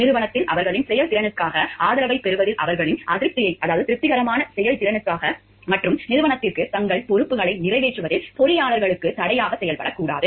நிறுவனத்தில் அவர்களின் செயல்திறனுக்காக ஆதரவைப் பெறுவதில் அவர்களின் திருப்திகரமான செயல்திறனுக்காக மற்றும் நிறுவனத்திற்கு தங்கள் பொறுப்புகளை நிறைவேற்றுவதில் பொறியியலாளர்களுக்கு தடையாக செயல்படக்கூடாது